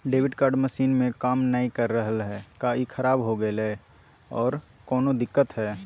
Debit card machine में काम नाय कर रहले है, का ई खराब हो गेलै है बोया औरों कोनो दिक्कत है?